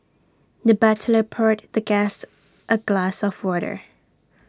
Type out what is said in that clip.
the butler poured the guest A glass of water